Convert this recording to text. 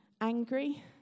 angry